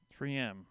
3M